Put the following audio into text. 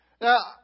Now